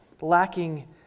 lacking